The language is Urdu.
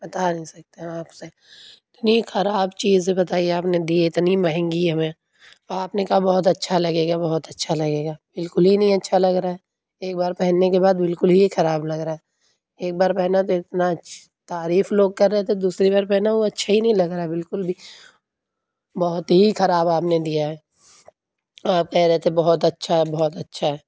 بتا نہیں سکتے ہم آپ سے اتنی خراب چیز بتائیے آپ نے دی اتنی مہنگی ہمیں اور آپ نے کہا بہت اچھا لگے گا بہت اچھا لگے گا بالکل ہی نہیں اچھا لگ رہا ہے ایک بار پہننے کے بعد بالکل ہی خراب لگ رہا ہے ایک بار پہنا تو اتنا اچھ تعریف لوگ کر رہے تھے دوسری بار پہنا وہ اچھا ہی نہیں لگ رہا ہے بالکل بھی بہت ہی خراب آپ نے دیا ہے اور آپ کہہ رہے تھے بہت اچھا ہے بہت اچھا ہے